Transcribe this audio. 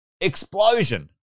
explosion